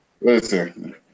Listen